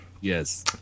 Yes